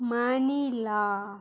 Manila